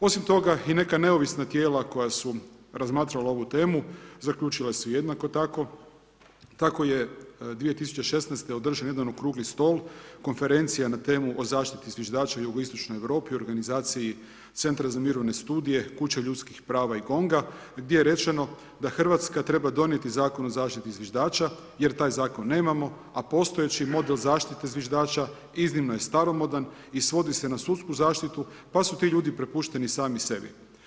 Osim toga i neka neovisna tijela koja su razmatrala ovu temu zaključila su jednako tako, tako je 2016. održan jedan okrugli stol: „Konferencija na temu o zaštiti zviždača u Jugoistočnoj Europi“ u organizaciji Centra za mirovne studije, Kuća ljudskih prava i GONG-a, gdje je rečeno da Hrvatska treba donijeti Zakon o zaštiti zviždača jer taj zakon nemamo, a postojeći model zaštite zviždača iznimno je staromodan i svodi se na sudsku zaštitu pa su ti ljudi prepušteni sami sebi.